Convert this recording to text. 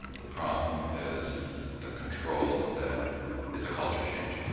the problem is the control that it's a culture change.